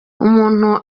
umuntu